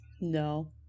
No